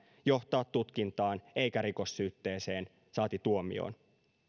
johtaa tutkintaan eikä rikossyytteeseen saati tuomioon